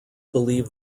believe